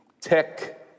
tech